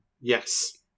yes